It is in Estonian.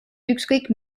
ükskõik